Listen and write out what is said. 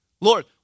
Lord